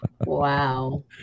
Wow